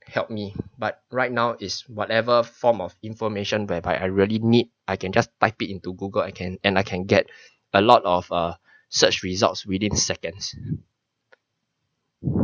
helped me but right now is whatever form of information whereby I really need I can just type it into Google I can and I can get a lot of uh search results within seconds